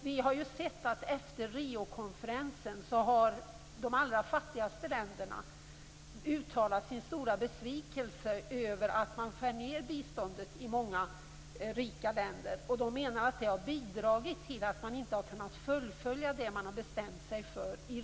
Vi har efter Riokonferensen sett att de allra fattigaste länderna uttalat sin stora besvikelse över att man i många rika länder skär ned biståndet. De menar att det har bidragit till att man inte har kunnat fullfölja det som man i Rio har bestämt sig för.